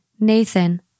Nathan